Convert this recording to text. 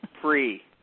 free